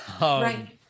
right